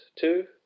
two